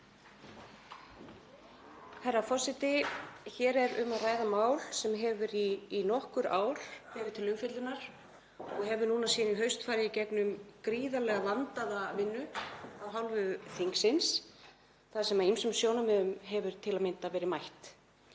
Herra forseti. Hér er um að ræða mál sem hefur í nokkur ár verið til umfjöllunar og hefur síðan í haust farið í gegnum gríðarlega vandaða vinnu af hálfu þingsins þar sem ýmsum sjónarmiðum hefur til að mynda verið mætt.